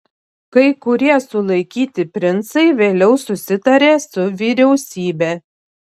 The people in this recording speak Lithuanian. kai kurie sulaikyti princai vėliau susitarė su vyriausybe